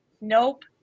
nope